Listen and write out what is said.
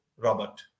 Robert